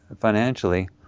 financially